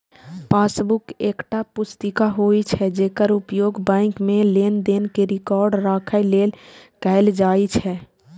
passbook एकटा पुस्तिका होइ छै, जेकर उपयोग बैंक मे लेनदेन के रिकॉर्ड राखै लेल कैल जाइ छै